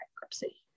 bankruptcy